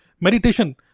meditation